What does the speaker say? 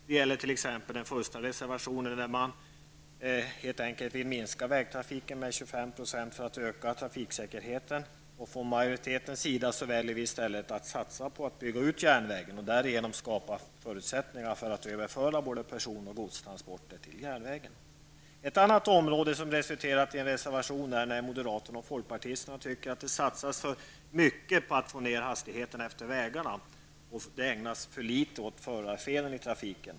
Det gäller t.ex. i den första reservationen, där man helt enkelt vill minska vägtrafiken med 25 % för att öka trafiksäkerheten. Från utskottsmajoritetens sida väljer vi i stället att satsa på att bygga ut järnvägen och därigenom skapa förutsättningar för att överföra både person och godstransporter till järnväg. I en annan reservation anser moderaterna och folkpartisterna att det satsas för mycket på att få ner hastigheterna efter vägarna och att för litet ägnas åt förarfelen i trafiken.